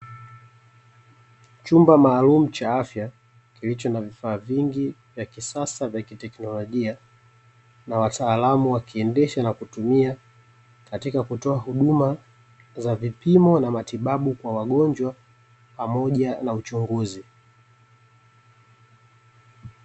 Chumba maalumu cha afya, kilicho na vifaa vingi, vya kisasa, vya kitekinolojia, na wataalamu wakiendesha na kutumia katika kutoa huduma, za vipimo na matibabu kwa wagonjwa, pamoja na uchunguzi.